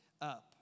up